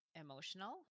emotional